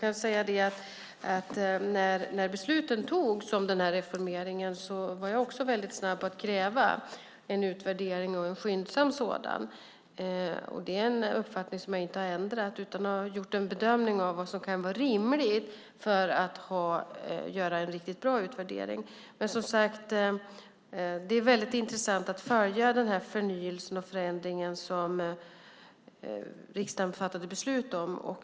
När besluten togs om reformeringen var jag snabb med att kräva en utvärdering och en skyndsam sådan. Det är en uppfattning som jag inte har ändrat. Jag har dock gjort en bedömning av vad som kan vara rimligt för att göra en bra utvärdering. Det är som sagt mycket intressant att följa förnyelsen och förändringen som riksdagen fattade beslut om.